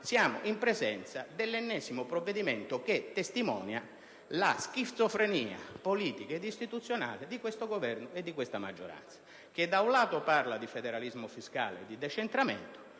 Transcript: Siamo in presenza dell'ennesimo provvedimento che testimonia la schizofrenia politica ed istituzionale di questo Governo e di questa maggioranza, che da un lato parlano di federalismo istituzionale e di decentramento